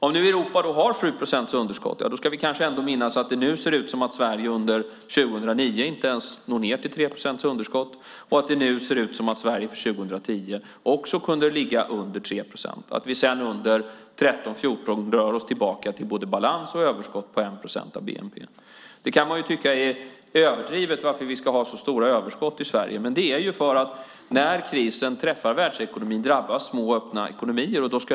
Om Europa har 7 procents underskott ska vi kanske ändå minnas att det nu ser ut som om Sverige under 2009 inte ens når ned till 3 procents underskott, att det nu ser ut som om Sverige för 2010 också kommer att ligga under 3 procent och att vi 2013-2014 drar oss tillbaka till både balans och överskott på 1 procent av bnp. Man kan tycka att det är överdrivet att vi ska ha så stora överskott i Sverige, men det är för att när krisen träffar världsekonomin drabbas små, öppna ekonomier.